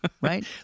Right